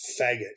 faggot